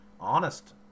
honest